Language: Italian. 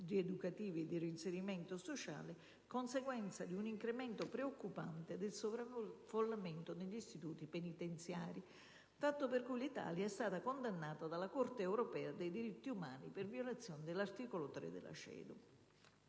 rieducativi e di reinserimento sociale, conseguenza di un incremento preoccupante del sovraffollamento negli istituti penitenziari, fatto per cui l'Italia è stata condannata dalla Corte europea dei diritti umani per violazione dell'articolo 3 della